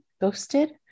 ghosted